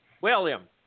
William